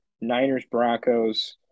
Niners-Broncos